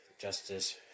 justice